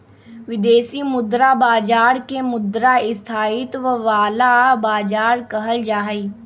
विदेशी मुद्रा बाजार के मुद्रा स्थायित्व वाला बाजार कहल जाहई